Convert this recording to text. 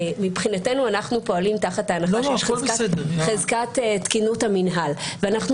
מבחינתנו אנחנו פועלים תחת ההנחה שיש חזקת תקינות המינהל ואנחנו